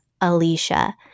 Alicia